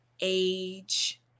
age